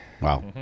Wow